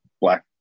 black